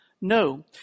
No